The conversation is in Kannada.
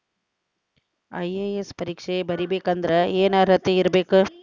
ಐ.ಎ.ಎಸ್ ಪರೇಕ್ಷೆ ಬರಿಬೆಕಂದ್ರ ಏನ್ ಅರ್ಹತೆ ಇರ್ಬೇಕ?